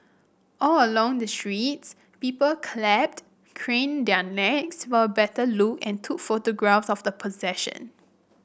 all along the streets people clapped craned their necks for a better look and took photographs of the procession